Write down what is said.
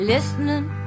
Listening